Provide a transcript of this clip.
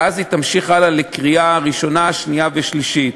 ואז היא תמשיך הלאה לקריאה ראשונה, שנייה ושלישית.